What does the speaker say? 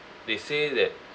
they say that